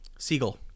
Siegel